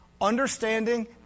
understanding